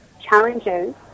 challenges